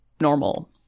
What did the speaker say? normal